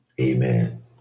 Amen